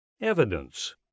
evidence